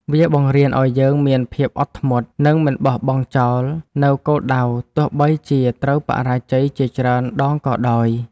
វាបង្រៀនឱ្យយើងមានភាពអត់ធ្មត់ និងមិនបោះបង់ចោលនូវគោលដៅ ទោះបីជាត្រូវបរាជ័យជាច្រើនដងក៏ដោយ។